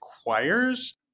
requires